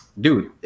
Dude